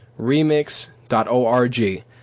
remix.org